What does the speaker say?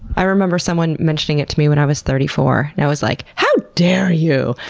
i remember someone mentioning it to me when i was thirty four, and i was like, how dare you!